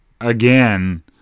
again